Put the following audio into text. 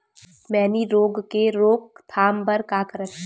मैनी रोग के रोक थाम बर का करन?